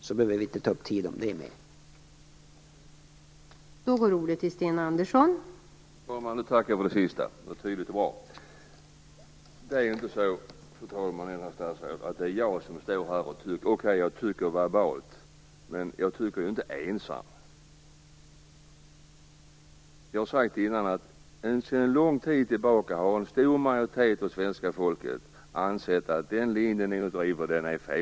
Så behöver vi inte ta upp mer tid med det.